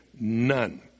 None